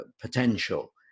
potential